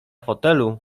fotelu